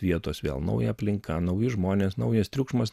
vietos vėl nauja aplinka nauji žmonės naujas triukšmas